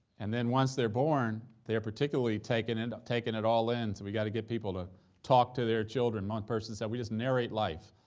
and then once they're born, they are particularly taking and taking it all in, so we got to get people to talk to their children. one person said, we just narrate life,